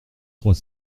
trois